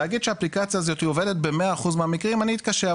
להגיד שהאפליקציה הזאת עובדת ב- 100% מהמקרים אני אתקשה,